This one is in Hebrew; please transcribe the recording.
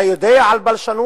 מה אתה יודע על בלשנות?